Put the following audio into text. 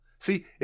See